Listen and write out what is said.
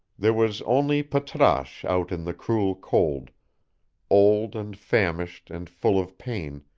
there was only patrasche out in the cruel cold old and famished and full of pain,